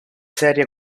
serie